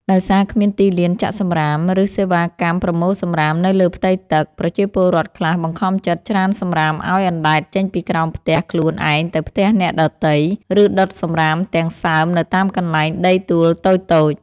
ដោយសារគ្មានទីលានចាក់សម្រាម ឬសេវាកម្មប្រមូលសម្រាមនៅលើផ្ទៃទឹក ប្រជាពលរដ្ឋខ្លះបង្ខំចិត្តច្រានសម្រាមឱ្យអណ្ដែតចេញពីក្រោមផ្ទះខ្លួនឯងទៅផ្ទះអ្នកដទៃ ឬដុតសម្រាមទាំងសើមនៅតាមកន្លែងដីទួលតូចៗ។